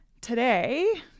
Today